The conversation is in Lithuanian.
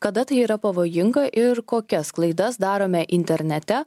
kada tai yra pavojinga ir kokias klaidas darome internete